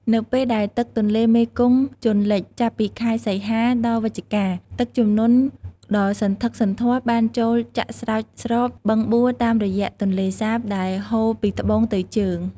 នៅពេលដែលទឹកទន្លេមេគង្គជន់លិច ចាប់ពីខែ សីហា ដល់ វិច្ឆិកា ទឹកជំនន់ដ៏សន្ធឹកសន្ធាប់បានចូលចាក់ស្រោចស្រពបឹងបួរតាមរយៈទន្លេសាប ដែលហូរពីត្បូងទៅជើង។